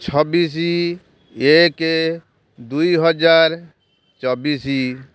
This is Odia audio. ଛବିଶ ଏକ ଦୁଇହଜାର ଚବିଶ